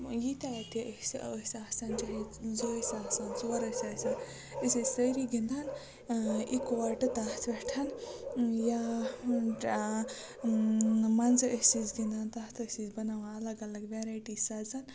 ییٖتیٛاہ تہِ أسۍ ٲسۍ آسان چاہے زٕ ٲسۍ آسان ژور ٲسۍ آسان أسۍ ٲسۍ سٲری گِنٛدان یِکوَٹہٕ تَتھ پٮ۪ٹھ یا منٛزٕ ٲسۍ أسۍ گِنٛدان تَتھ ٲسۍ أسۍ بَناوان اَلَگ اَلَگ وٮ۪رایٹی سَزَن